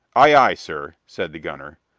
aye, aye, sir, said the gunner.